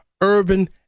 urban